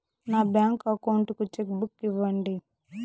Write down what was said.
నా bank account కు cheque book ఇవ్వండి